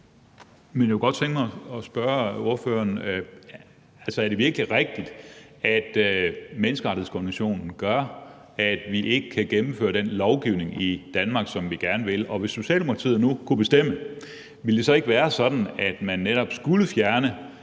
jeg kunne godt tænke mig at spørge ordføreren: Er det virkelig rigtigt, at menneskerettighedskonventionen gør, at vi ikke kan gennemføre den lovgivning i Danmark, som vi gerne vil? Og hvis Socialdemokratiet nu kunne bestemme, ville det så ikke være sådan, at man netop skulle fjerne